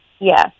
Yes